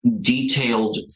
detailed